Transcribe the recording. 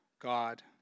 God